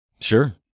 Sure